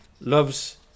loves